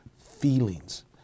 feelings